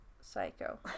psycho